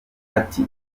ati